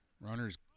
Runner's